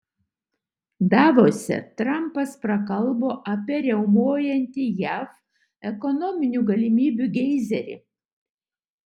davose trampas prakalbo apie riaumojantį jav ekonominių galimybių geizerį